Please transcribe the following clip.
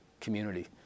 community